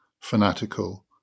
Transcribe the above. fanatical